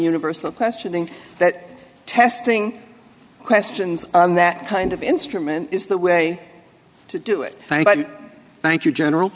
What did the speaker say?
universal questioning that testing questions that kind of instrument is the way to do it and i thank you general